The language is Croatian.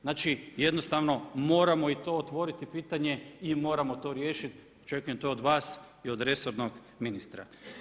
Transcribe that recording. Znači, jednostavno moramo i to otvoriti pitanje i moramo to riješiti, očekujem to od vas i od resornog ministra.